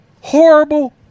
horrible